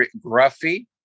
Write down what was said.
gruffy